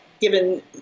given